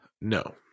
No